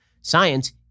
Science